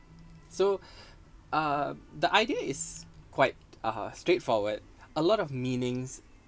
so uh the idea is quite uh straightforward a lot of meanings